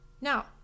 Now